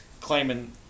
claiming –